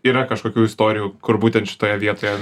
yra kažkokių istorijų kur būtent šitoje vietoje